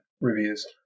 reviews